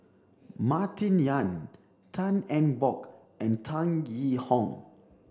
Martin Yan Tan Eng Bock and Tan Yee Hong